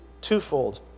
twofold